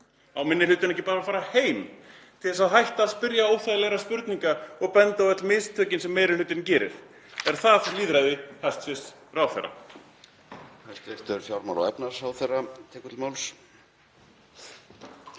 Á minni hlutinn ekki bara að fara heim til þess að hætta að spyrja óþægilegra spurninga og benda á öll mistökin sem meiri hlutinn gerir? Er það lýðræði hæstv. ráðherra?